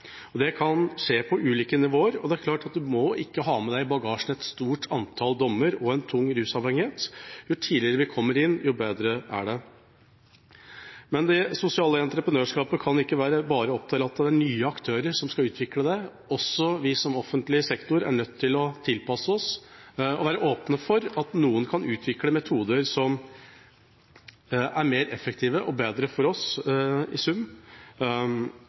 Det kan skje på ulike nivåer, og det er klart at du må ikke ha med deg i bagasjen et stort antall dommer og en tung rusavhengighet. Jo tidligere vi kommer inn, jo bedre er det. Men når det gjelder det sosiale entreprenørskapet, kan det ikke bare være opp til nye aktører å utvikle det. Også vi som offentlig sektor er nødt til å tilpasse oss og være åpne for at noen kan utvikle metoder som er mer effektive og bedre for oss i sum,